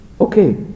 okay